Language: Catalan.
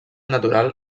natural